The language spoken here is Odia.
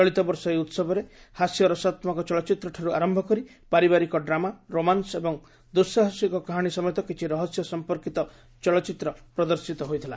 ଚଳିତବର୍ଷ ଏହି ଉହବରେ ହାସ୍ୟରସାତ୍କକ ଚଳଚ୍ଚିତ୍ରଠାରୁ ଆରମ୍ଭ କରି ପାରିବାରିକ ଡ୍ରାମା ରୋମାନ୍ସ୍ ଏବଂ ଦୁଃସାହସିକ କାହାଣୀ ସମେତ କିଛି ରହସ୍ୟ ସମ୍ପର୍କିତ ଚଳଚ୍ଚିତ୍ର ପ୍ରଦର୍ଶିତ ହୋଇଥିଲା